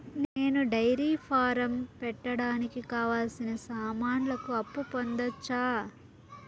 నేను dairy farm పెట్టడానికి కావాల్సిన సామాన్లకు అప్పు పొందొచ్చా?